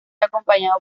acompañado